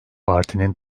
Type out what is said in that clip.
partinin